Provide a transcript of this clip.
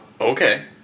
Okay